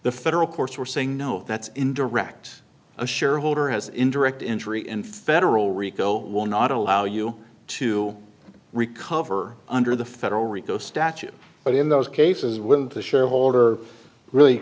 the federal courts were saying no that's in direct a shareholder has indirect injury in federal rico will not allow you to recover under the federal rico statute but in those cases when the shareholder really